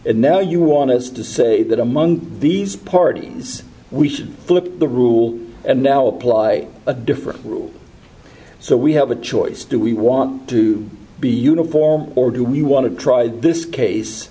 and now you want us to say that among these parties we should flip the rule and now apply a different rule so we have a choice do we want to be uniform or do we want to try this case